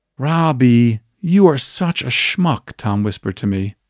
robby, you are such a schmuck! tom whispered to me.